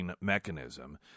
mechanism